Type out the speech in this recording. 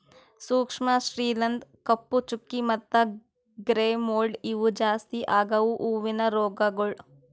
ಸೂಕ್ಷ್ಮ ಶಿಲೀಂಧ್ರ, ಕಪ್ಪು ಚುಕ್ಕಿ ಮತ್ತ ಗ್ರೇ ಮೋಲ್ಡ್ ಇವು ಜಾಸ್ತಿ ಆಗವು ಹೂವಿನ ರೋಗಗೊಳ್